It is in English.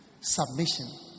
Submission